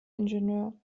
ingenieur